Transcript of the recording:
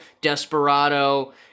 desperado